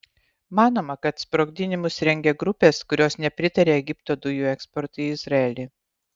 manoma kad sprogdinimus rengia grupės kurios nepritaria egipto dujų eksportui į izraelį